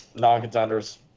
non-contenders